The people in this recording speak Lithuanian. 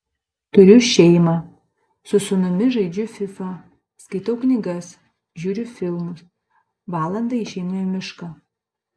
turiu šeimą su sūnumis žaidžiu fifa skaitau knygas žiūriu filmus valandai išeinu į mišką